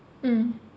mm